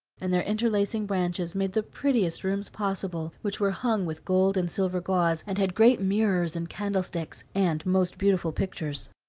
and their interlacing branches made the prettiest rooms possible, which were hung with gold and silver gauze, and had great mirrors and candlesticks, and most beautiful pictures.